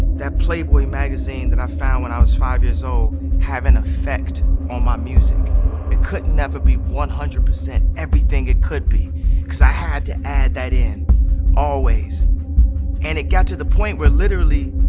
that playboy magazine that i found when i was five years old have an effect on my music it couldn't never be one hundred percent everything it could be because i had to add that in always and it got to the point where literally